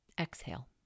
Exhale